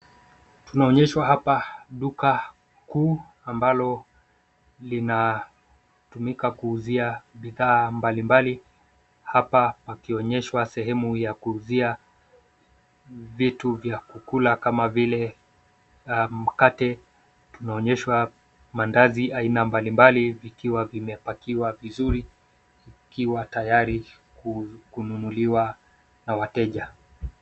Tunaonyeshwa hapa duka kuu ambalo linatumika kuuzia bidhaa mbalimbali, hapa pakionyeshwa sehemu ya kuuzia vitu vya kula kama vile mkate, tunaonyeshwa mandazi aina mbalimbali vikiwa vimepakiwa vizuri ikiwatayari kununuliwa na wateja.